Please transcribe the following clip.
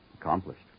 Accomplished